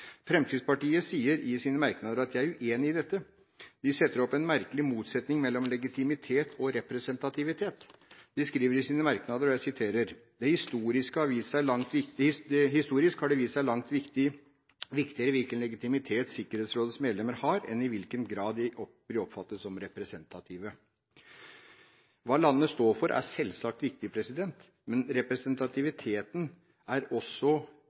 Fremskrittspartiet sier i sine merknader at de er uenig i dette. De setter opp en merkelig motsetning mellom legitimitet og representativitet. De skriver i sine merknader at «det historisk har vist seg langt viktigere hvilken legitimitet Sikkerhetsrådets medlemmer har, enn i hvilken grad de har blitt oppfattet som representative». Hva landene står for, er selvsagt viktig, men representativiteten er også